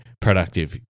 productive